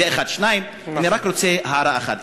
זה, 1. 2. אני רק רוצה הערה אחת.